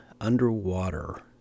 underwater